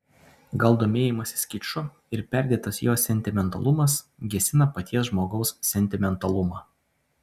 gal domėjimasis kiču ir perdėtas jo sentimentalumas gesina paties žmogaus sentimentalumą